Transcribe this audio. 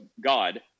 God